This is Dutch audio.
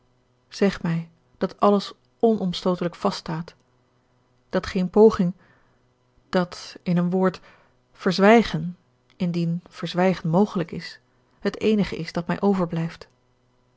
zeg mij dat alles onomstootelijk vaststaat dat geen poging dat in een woord verzwijgen indien verzwijgen mogelijk is het eenige is dat mij overblijft